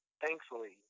thankfully